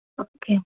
okay